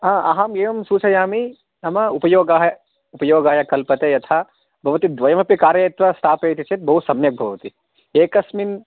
हा अहम् एवं सूचयामि मम उपयोगाः उपयोगाय कल्पते यथा भवति द्वयमपि कारयित्वा स्थापयति चेत् बहु सम्यक् भवति एकस्मिन्